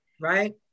right